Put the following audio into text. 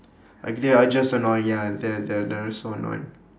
like they are just annoying ah they're they're they're so annoying